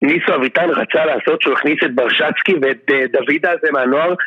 ניסו אביטן רצה לעשות שהוא הכניס את ברשצקי ואת דוד הזה מהנוער